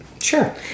Sure